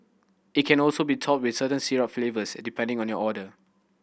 it can also be topped with certain syrup flavours depending on your order